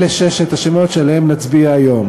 אלה ששת השמות שעליהם נצביע היום.